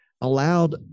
allowed